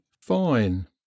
fine